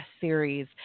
series